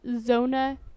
Zona